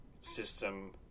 system